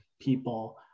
people